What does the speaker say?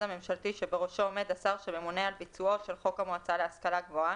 הממשלתי שבראשו עומד השר שממונה על ביצועו של חוק המועצה להשכלה גבוהה,